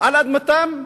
על אדמתם,